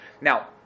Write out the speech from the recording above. Now